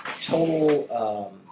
total